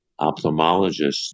ophthalmologists